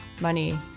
money